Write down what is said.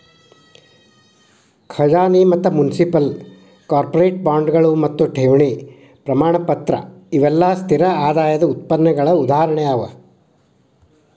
ಖಜಾನಿ ಮತ್ತ municipal, corporate ಬಾಂಡ್ಗಳು ಮತ್ತು ಠೇವಣಿ ಪ್ರಮಾಣಪತ್ರ ಇವೆಲ್ಲಾ ಸ್ಥಿರ ಆದಾಯದ್ ಉತ್ಪನ್ನಗಳ ಉದಾಹರಣೆ ಅವ